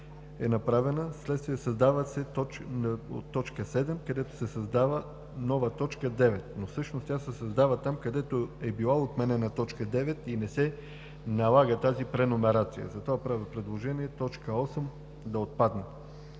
е направена вследствие на създаването на т. 7, където се създава нова т. 9. Всъщност тя се създава там, където е отменена т. 9. Не се налага тази преномерация и затова правя предложението т. 8 да отпадне.